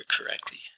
correctly